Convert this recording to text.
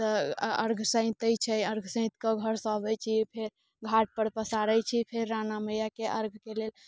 अर्घ सैतै छै अर्घ सैतके घरसँ अबैत छी फेर घाट पर पसारैत छी फेर राणा मैयाके अर्घके लेल